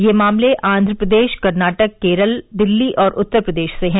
ये मामले आंध्र प्रदेश कर्नाटक केरल दिल्ली और उत्तर प्रदेश से हैं